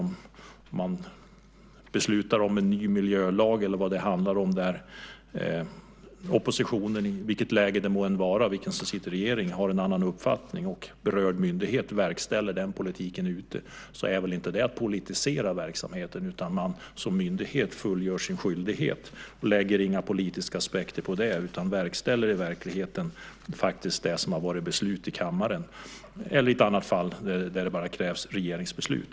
Om man beslutar om en ny miljölag och oppositionen, i vilket läge det än må vara beroende på vem som sitter i regeringen, har en annan uppfattning och berörd myndighet verkställer den politiken, är det väl inte att politisera verksamheten? Man fullgör sin skyldighet som myndighet och lägger inga politiska aspekter på det. Man verkställer det som har beslutats om i kammaren. I ett annat fall kan det handla om att det bara krävs regeringsbeslut.